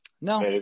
No